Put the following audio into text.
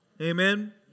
Amen